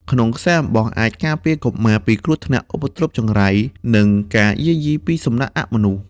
ក្នុងខ្សែអំបោះ អាចការពារកុមារពីគ្រោះថ្នាក់ ឧបទ្រពចង្រៃ និងការយាយីពីសំណាក់អមនុស្ស។